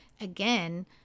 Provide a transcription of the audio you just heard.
again